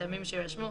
מטעמים שיירשמו,